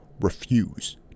refuse